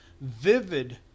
vivid